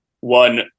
one